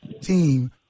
team